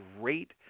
great